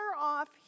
off